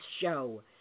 Show